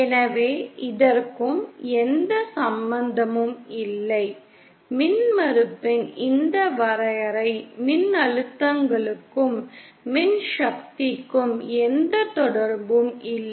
எனவே இதற்கும் எந்த சம்பந்தமும் இல்லை மின்மறுப்பின் இந்த வரையறை மின்னழுத்தங்களுக்கும் மின்சக்திக்கும் எந்த தொடர்பும் இல்லை